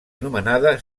anomenada